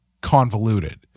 convoluted